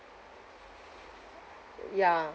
ya